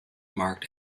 marked